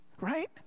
Right